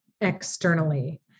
externally